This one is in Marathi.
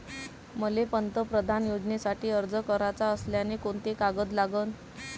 मले पंतप्रधान योजनेसाठी अर्ज कराचा असल्याने कोंते कागद लागन?